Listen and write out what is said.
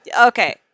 okay